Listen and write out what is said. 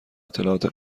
اطلاعات